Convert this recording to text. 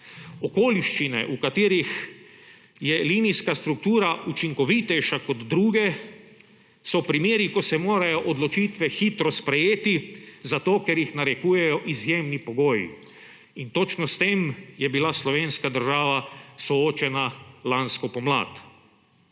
Okoliščine, v katerih je linijska struktura učinkovitejša kot druge, so primeri, ko se morajo odločitve hitro sprejeti, ker jih narekujejo izjemni pogoji. In točno s tem je bila slovenska država soočena lansko pomlad.